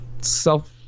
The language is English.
self